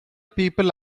people